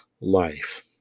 life